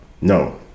no